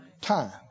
Time